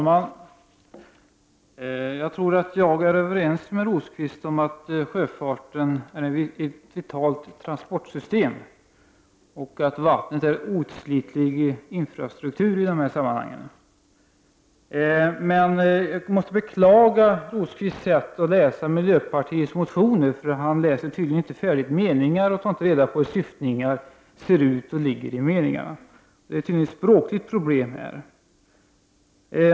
Herr talman! Jag är överens med Rosqvist om att sjöfarten är ett vitalt transportsystem och att vattnet är en outslitlig infrastruktur i dessa sammanhang. Men jag måste beklaga Rosqvists sätt att läsa miljöpartiets motioner. Han läser tydligen inte färdigt meningar och tar inte reda på hur syftningar ser ut och ligger i meningarna. Det är tydligen ett språkligt problem här.